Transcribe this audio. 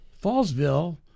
Fallsville